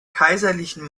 kaiserlichen